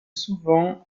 souvent